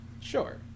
Sure